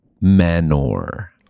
manor